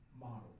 model